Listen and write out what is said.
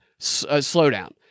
slowdown